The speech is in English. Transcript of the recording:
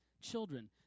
Children